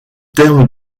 terme